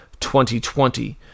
2020